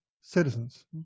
citizens